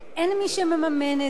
אין מי שמממן את זה,